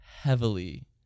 heavily